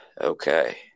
Okay